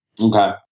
Okay